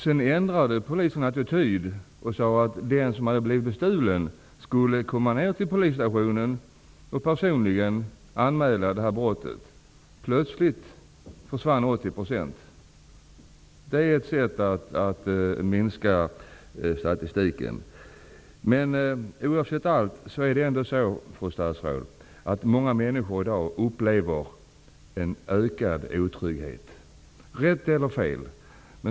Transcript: Sedan ändrade polisen attityd och sade att den som hade blivit bestulen skulle komma ner till polisstationen och personligen anmäla brottet. Plötsligt försvann 80 % av brotten. Det är ett sätt att minska brottsligheten i statistiken. Hur som helst, fru statsråd, upplever många människor i dag en ökad otrygghet. Det må vara rätt eller fel.